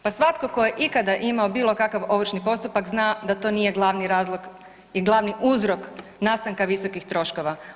Pa svatko tko je ikada imao bilo kakav ovršni postupak zna da to nije glavni razlog i glavni uzrok nastanka visokih troškova.